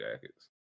jackets